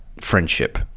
friendship